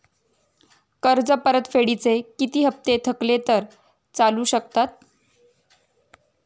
कर्ज परतफेडीचे किती हप्ते थकले तर चालू शकतात?